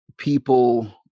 people